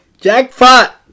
Jackpot